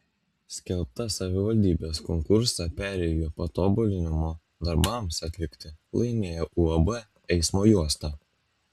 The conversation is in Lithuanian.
skelbtą savivaldybės konkursą perėjų patobulinimo darbams atlikti laimėjo uab eismo juosta